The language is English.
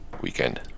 weekend